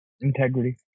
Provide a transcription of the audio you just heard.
integrity